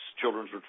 children's